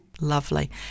Lovely